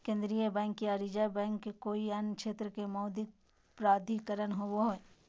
केन्द्रीय बैंक या reserve bank कोय अन्य क्षेत्र के मौद्रिक प्राधिकरण होवो हइ